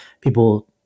people